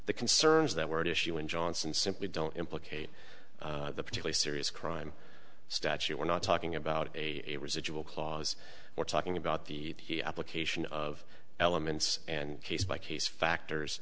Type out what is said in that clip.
the concerns that were at issue in johnson simply don't implicate the particular serious crime statute we're not talking about a residual clause we're talking about the application of elements and case by case factors